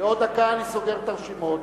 בעוד דקה אני סוגר את הרשימות.